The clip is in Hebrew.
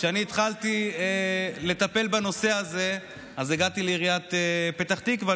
כשאני התחלתי לטפל בנושא הזה אז הגעתי לעיריית פתח תקווה,